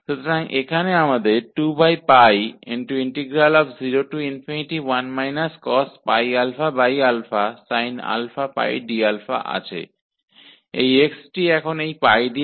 तो यहाँ हमारे पास यहाँ 2 0 1 cos sin x d है इस x को अब इस π से बदल दिया गया है इसलिए x को यहाँ इस π से बदल दिया गया है